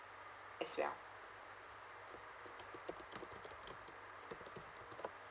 as well